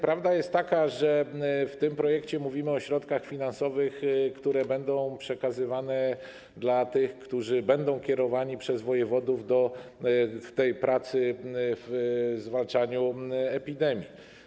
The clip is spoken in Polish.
Prawda jest taka, że w tym projekcie mówimy o środkach finansowych, które będą przekazywane na rzecz tych, którzy będą kierowani przez wojewodów do w pracy w zwalczaniu epidemii.